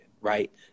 right